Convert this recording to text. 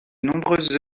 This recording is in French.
nombreuses